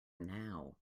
now